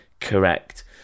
Correct